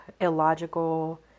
illogical